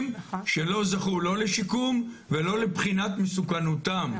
שלא זכו לא לשיקום ולא לבחינת מסוכנותם.